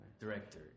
director